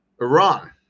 Iran